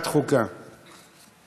לוועדת החוקה, חוק